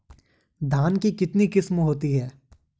धान की कितनी किस्में होती हैं?